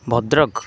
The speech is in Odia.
ଭଦ୍ରକ